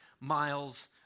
miles